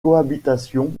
cohabitation